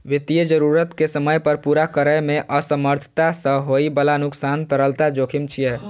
वित्तीय जरूरत कें समय पर पूरा करै मे असमर्थता सं होइ बला नुकसान तरलता जोखिम छियै